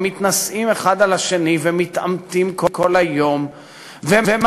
הם מתנשאים אחד על השני ומתעמתים כל היום ומאשימים